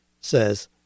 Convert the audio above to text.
says